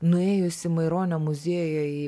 nuėjusi maironio muziejuj